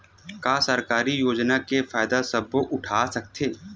का सरकारी योजना के फ़ायदा सबो उठा सकथे?